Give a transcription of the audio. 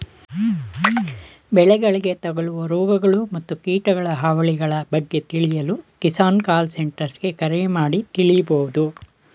ಬೆಳೆಗಳಿಗೆ ತಗಲುವ ರೋಗಗಳು ಮತ್ತು ಕೀಟಗಳ ಹಾವಳಿಗಳ ಬಗ್ಗೆ ತಿಳಿಯಲು ಕಿಸಾನ್ ಕಾಲ್ ಸೆಂಟರ್ಗೆ ಕರೆ ಮಾಡಿ ತಿಳಿಬೋದು